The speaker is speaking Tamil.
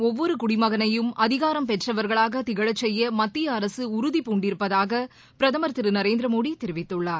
ஒவ்வொருகுடமகனையும் அதிகாரம் நாட்டின் பெற்றவர்களாகதிகழசெய்யமத்தியஅரசுஉறுதிபூண்டிருப்பதாகபிரதமர் திருநரேந்திரமோடிதெரிவித்துள்ளார்